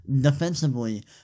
defensively